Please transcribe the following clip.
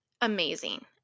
amazing